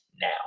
now